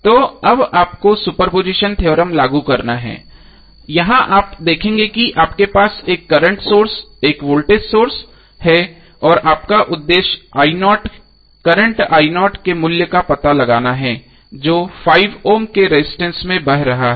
तो अब आपको सुपरपोजिशन थ्योरम लागू करना है यहां आप देखेंगे कि आपके पास 1 करंट सोर्स 1 वोल्टेज सोर्स है और आपका उद्देश्य करंट के मूल्य का पता लगाना है जो 5 ओम रेजिस्टेंस से बह रहा है